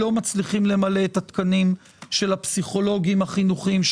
לא מצליחים למלא את התקנים של הפסיכולוגים החינוכיים,